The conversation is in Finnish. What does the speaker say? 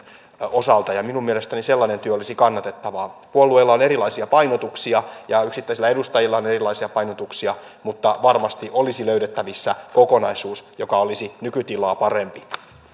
osalta minun mielestäni sellainen työ olisi kannatettavaa puolueilla on erilaisia painotuksia ja yksittäisillä edustajilla on erilaisia painotuksia mutta varmasti olisi löydettävissä kokonaisuus joka olisi nykytilaa parempi